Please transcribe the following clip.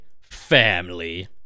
Family